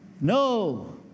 No